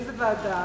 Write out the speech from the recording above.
איזו ועדה,